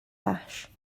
ash